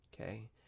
okay